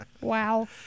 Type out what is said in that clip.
Wow